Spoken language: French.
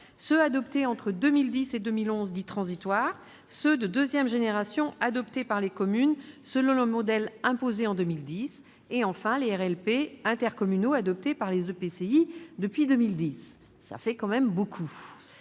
ceux adoptés entre 2010 et 2011 dits « transitoires », ceux de deuxième génération adoptés par les communes selon le modèle imposé en 2010 ; et enfin les RLP intercommunaux adoptés par les EPCI depuis 2010. Cela fait beaucoup !